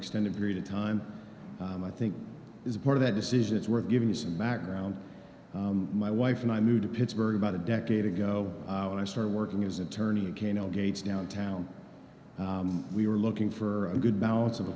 extended period of time i think is a part of that decision it's worth giving you some background my wife and i moved to pittsburgh about a decade ago when i started working as an attorney again algates downtown we were looking for a good balance of a